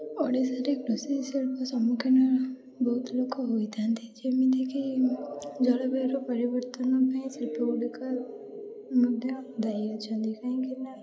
ଓଡ଼ିଶାରେ କୃଷି ଶିଳ୍ପ ସମ୍ମୁଖୀନର ବହୁତ ଲୋକ ହୋଇଥାନ୍ତି ଯେମିତିକି ଜଳବାୟୁର ପରିବର୍ତ୍ତନ ପାଇଁ ଶିଳ୍ପଗୁଡ଼ିକ ମଧ୍ୟ ଦାୟୀ ଅଛନ୍ତି କାହିଁକିନା